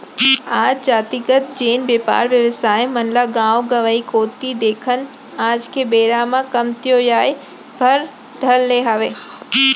आज जातिगत जेन बेपार बेवसाय मन ल गाँव गंवाई कोती देखन आज के बेरा म कमतियाये बर धर ले हावय